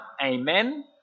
Amen